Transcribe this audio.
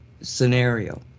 scenario